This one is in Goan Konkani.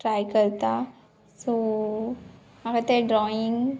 ट्राय करता सो म्हाका तें ड्रॉईंग